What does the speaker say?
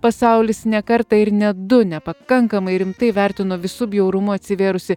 pasaulis ne kartą ir ne du nepakankamai rimtai vertino visu bjaurumu atsivėrusį